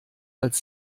als